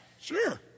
Sure